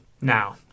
now